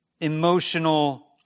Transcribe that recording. emotional